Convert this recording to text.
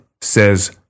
says